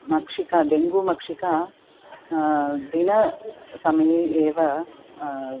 मक्षिका डेन्गू मक्षिका दिनसमये एव